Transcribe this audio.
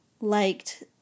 liked